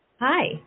Hi